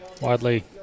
Widely